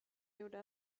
gjorde